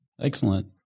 Excellent